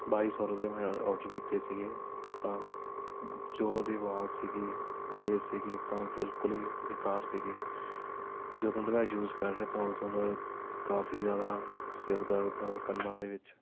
ਬਾਈ ਸੌ ਦੇ ਮੈਂ ਆਰਡਰ ਕੀਤੇ ਸੀ ਤਾਂ ਜੋ ਉਹਦੀ ਆਵਾਜ਼ ਸੀ ਬੇਸ ਸੀ ਤਾਂ ਬਿਲਕੁਲ ਹੀ ਬੇਕਾਰ ਸੀ ਜਦੋਂ ਦੇ ਮੈਂ ਯੂਜ਼ ਕਰ ਰਿਹਾ ਤਾਂ ਉਦੋਂ ਦਾ ਕਾਫੀ ਜ਼ਿਆਦਾ ਸਿਰ ਦਰਦ ਔਰ ਕੰਨਾਂ ਦੇ ਵਿੱਚ